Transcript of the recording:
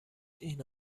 این